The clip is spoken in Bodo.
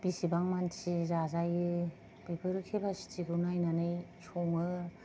बेसेबां मानसि जाजायो बेफोर केपाचिटिखौ नायनानै सङो